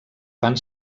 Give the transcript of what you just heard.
fan